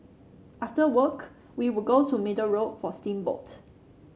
after work we would go to Middle Road for steamboat